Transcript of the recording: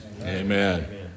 Amen